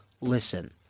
Listen